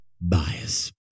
bias